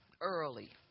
early